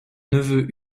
neveux